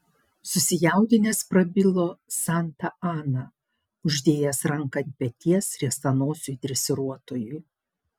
susijaudinęs prabilo santa ana uždėjęs ranką ant peties riestanosiui dresiruotojui